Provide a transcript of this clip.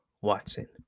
Watson